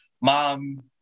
Mom